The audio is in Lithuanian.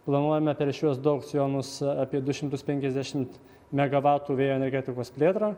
planuojame per šiuos du aukcionus apie du šimtus penkiasdešimt megavatų vėjo energetikos plėtrą